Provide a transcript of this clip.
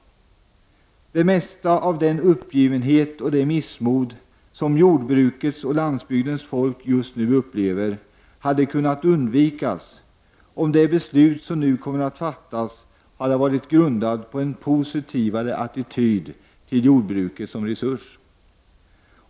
Det mesta av den uppgivenhet och det missmod som jordbrukets och landsbygdens folk just nu upplever hade kunnat undvikas om det beslut som nu kommer att fattas hade varit grundat på en positivare attityd till jordbruket som resurs.